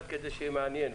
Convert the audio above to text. רק כדי שיהיה מעניין,